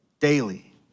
daily